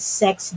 sex